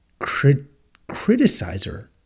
criticizer